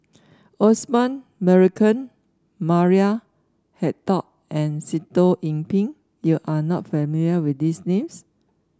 Osman Merican Maria Hertogh and Sitoh Yih Pin you are not familiar with these names